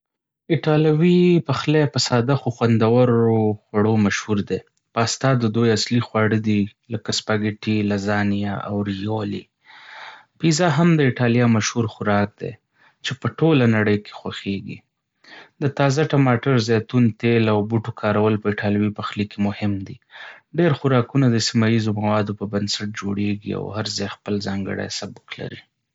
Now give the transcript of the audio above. ایټالوي پخلی په ساده خو خوندورو خوړو مشهور دی. پاستا د دوی اصلي خواړه دی، لکه سپاګټي، لازانیا، او ریوولي. پیزا هم د ایټالیا مشهور خوراک دی چې په ټوله نړۍ کې خوښیږي. د تازه ټماټر، زیتون تېل، او بوټو کارول په ایټالوي پخلي کې مهم دي. ډېر خوراکونه د سیمه ییزو موادو پر بنسټ جوړېږي او هر ځای خپل ځانګړی سبک لري.